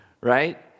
right